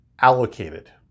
allocated